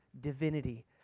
divinity